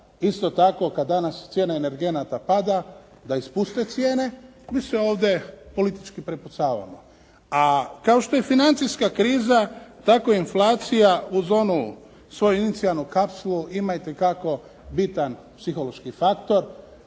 isto tako kad danas cijena energenata pada da i spuste cijene mi se ovdje politički prepucavamo. A kao što je financijska kriza tako inflacija uz onu svoju inicijalnu kapsulu ima itekako bitan psihološki faktor.